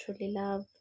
love